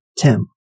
Tim